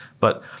but,